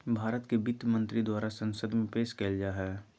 भारत के वित्त मंत्री द्वारा संसद में पेश कइल जा हइ